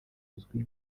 uzwi